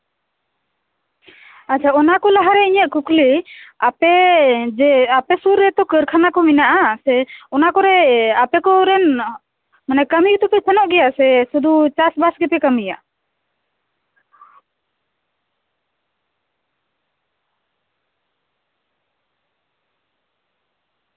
ᱟᱪᱪᱷᱟ ᱚᱱᱟᱠᱚ ᱞᱟᱦᱟᱨᱮ ᱤᱧᱟᱹᱜ ᱠᱩᱠᱞᱤ ᱟᱯᱮ ᱡᱮ ᱟᱯᱮ ᱥᱩᱨ ᱨᱮᱛᱚ ᱠᱟᱹᱨᱠᱷᱟᱱᱟ ᱠᱚ ᱢᱮᱱᱟᱜᱼᱟ ᱚᱱᱟᱠᱚᱨᱮ ᱟᱯᱮ ᱠᱚᱨᱮᱱ ᱢᱟᱱᱮ ᱠᱟᱹᱢᱤ ᱫᱚᱯᱮ ᱥᱮᱱᱚᱜ ᱜᱮᱭᱟ ᱥᱮ ᱥᱩᱫᱩ ᱪᱟᱥᱼᱵᱟᱥ ᱜᱮᱯᱮ ᱠᱟᱹᱢᱤᱭᱟ